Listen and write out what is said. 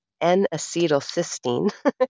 N-acetylcysteine